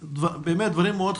באמת דברים מאוד חשובים.